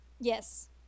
Yes